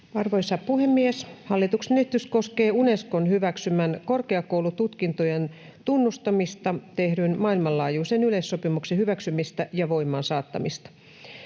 Arvoisa puhemies! Hallituksen esitys koskee Unescon hyväksymän korkeakoulututkintojen tunnustamisesta tehdyn maailmanlaajuisen yleissopimuksen hyväksymistä ja voimaansaattamista.